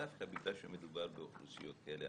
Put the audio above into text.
דווקא בגלל שמדובר באוכלוסיות כאלה,